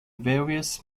various